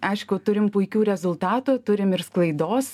aišku turim puikių rezultatų turim ir sklaidos